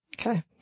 Okay